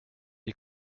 die